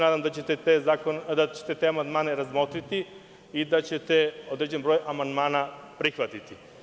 Nadam se da ćete te amandmane razmotriti i da ćete određen broj amandmana prihvatiti.